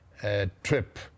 trip